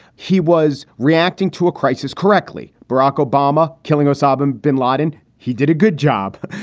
he was reacting to a crisis correctly. barack obama killing osama and bin laden. he did a good job.